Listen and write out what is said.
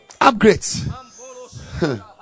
Upgrades